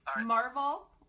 Marvel